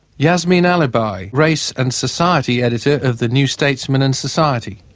yasmin alibhai, race and society editor of the new statesman and society.